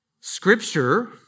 Scripture